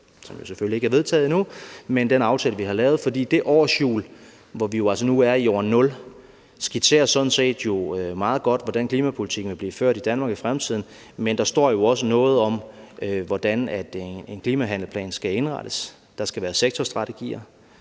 som jo selvfølgelig ikke er vedtaget endnu, men så kan man læse den aftale, vi har lavet. For det årshjul, hvor vi jo altså nu er i år 0, skitserer sådan set meget godt, hvordan klimapolitkken vil blive ført i Danmark i fremtiden, men der står jo også noget om, hvordan en klimahandleplan skal indrettes. Der skal være sektorstrategier.